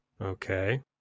Okay